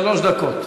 שלוש דקות.